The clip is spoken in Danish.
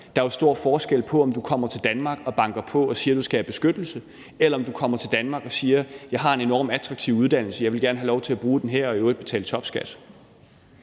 Der er stor forskel på, om du kommer til Danmark og banker på og siger, at du skal have beskyttelse, eller om du kommer til Danmark og siger, at du har en enormt attraktiv uddannelse og gerne vil have lov til at bruge den her og i øvrigt betale topskat.